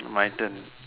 my turn